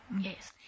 yes